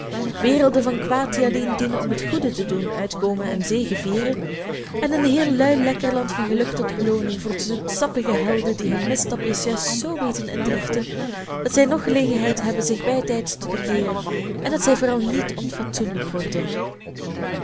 werelden van kwaad die alleen dienen om het goede te doen uitkomen en zegevieren en een heel luilekkerland van geluk tot belooning voor zoetsappige helden die hunne misstapjes juist zoo weten interichten dat zij nog gelegenheid hebben zich bij tijds te bekeeren en dat zij vooral niet onfatsoenlijk worden